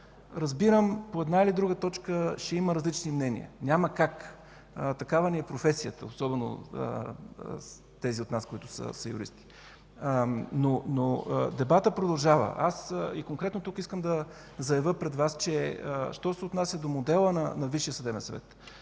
Разбирам, че по една или друга точка ще има различни мнения – няма как, такава ни е професията, особено на тези от нас, които са юристи, но дебатът продължава. Искам да заявя пред Вас, че що се отнася до модела на Висшия съдебен съвет